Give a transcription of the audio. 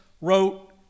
wrote